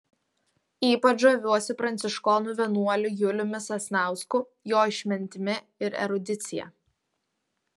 ypač žaviuosi pranciškonų vienuoliu juliumi sasnausku jo išmintimi ir erudicija